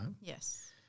Yes